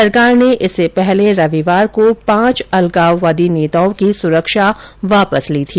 सरकार ने इससे पहले रविवार को पांच अलगाववादी नेताओं की सुरक्षा वापस ली थी